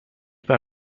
par